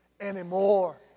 anymore